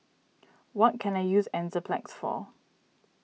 what can I use Enzyplex for